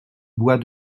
boit